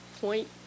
point